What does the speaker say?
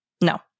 no